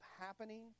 happening